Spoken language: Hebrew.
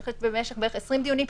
לדעתי במשך 20 דיונים.